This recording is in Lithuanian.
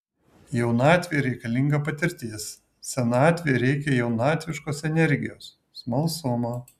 jaunatvei reikalinga patirtis senatvei reikia jaunatviškos energijos smalsumo